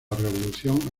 revolución